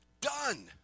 done